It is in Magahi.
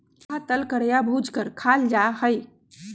पोहा तल कर या भूज कर खाल जा हई